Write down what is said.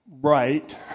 right